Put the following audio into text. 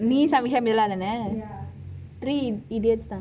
நீ:ni samyuksha mila தானே:thanei three idiots தான்:thaan